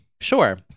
Sure